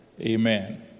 Amen